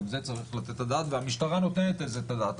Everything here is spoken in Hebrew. גם על זה צריך לתת את הדעת והמשטרה נותנת על זה את הדעת.